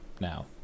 now